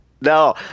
No